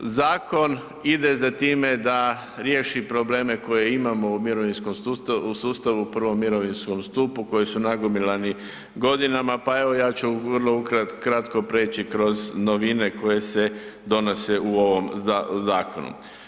Zakon ide za time da riješi probleme koje imamo u mirovinskom sustavu, u prvom mirovinskom stupu, koji su nagomilani godinama, pa evo ja ću vrlo kratko preći kroz novine koje se donose u ovom zakonu.